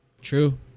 True